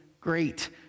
great